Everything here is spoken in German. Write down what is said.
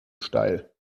steil